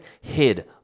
hid